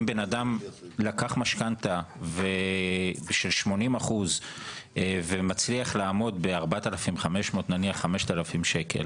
אם בן אדם לקח משכנתא של 80% ומצליח לעמוד ב-4,500 נניח או 5,000 שקל